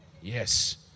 Yes